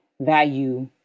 value